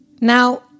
Now